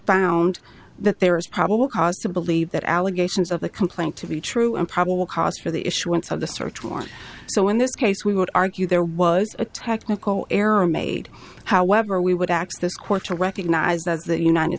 found that there is probable cause to believe that allegations of the complaint to be true and probable cause for the issuance of the search warrant so in this case we would argue there was a technical error made however we would axe this court to recognize that the united